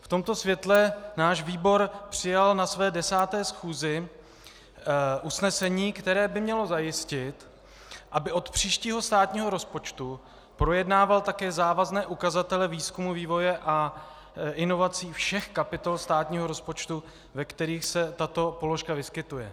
V tomto světle náš výbor přijal na své 10. schůzi usnesení, které by mělo zajistit, aby od příštího státního rozpočtu projednával také závazné ukazatele výzkumu, vývoje a inovací všech kapitol státního rozpočtu, ve kterých se tato položka vyskytuje.